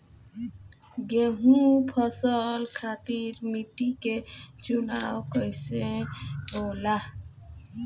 गेंहू फसल खातिर मिट्टी के चुनाव कईसे होला?